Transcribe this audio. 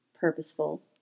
purposeful